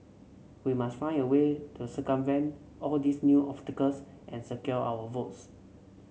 we must find a way to circumvent all these new obstacles and secure our votes